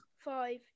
Five